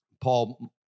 Paul